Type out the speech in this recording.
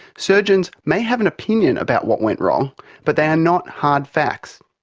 surgeons may have an opinion about what went wrong but they are not hard facts.